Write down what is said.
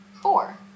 Four